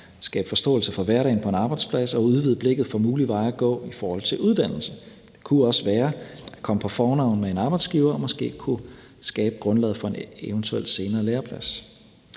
skabe forståelse for hverdagen på en arbejdsplads og udvide blikket for mulige veje at gå i forhold til uddannelse. Det kunne også være, at man kom på fornavn med en arbejdsgiver og måske kunne skabe grundlaget for en eventuel senere læreplads.